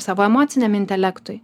savo emociniam intelektui